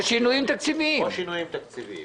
או שינויים תקציביים.